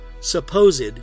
supposed